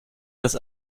das